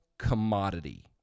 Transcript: Commodity